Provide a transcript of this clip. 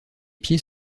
pieds